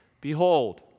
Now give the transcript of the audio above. Behold